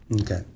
Okay